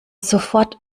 sofort